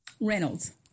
Reynolds